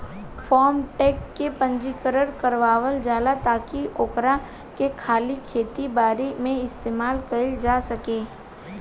form truck के पंजीकरण करावल जाला ताकि ओकरा के खाली खेती बारी में इस्तेमाल कईल जा सकेला